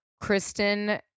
Kristen